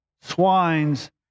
swines